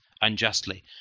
unjustly